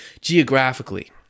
geographically